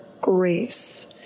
grace